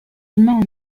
humains